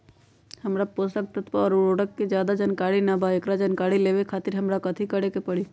हमरा पोषक तत्व और उर्वरक के ज्यादा जानकारी ना बा एकरा जानकारी लेवे के खातिर हमरा कथी करे के पड़ी?